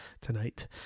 tonight